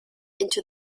into